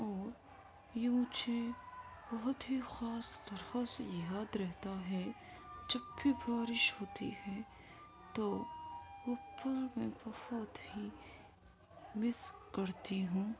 اور یہ مجھے بہت ہی خاص طرح سے یاد رہتا ہے جب بھی بارش ہوتی ہے تو وہ پل میں بہت ہی مس کرتی ہوں